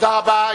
תודה רבה.